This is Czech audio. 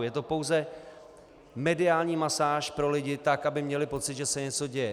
Je to pouze mediální masáž pro lidi, tak aby měli pocit, že se něco děje.